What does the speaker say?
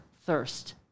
thirst